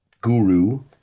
guru